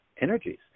energies